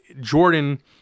Jordan